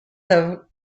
have